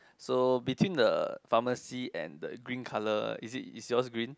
so between the pharmacy and the green colour is it is yours green